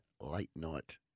late-night